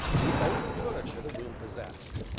the only furniture the room possessed.